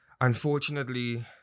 unfortunately